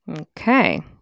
Okay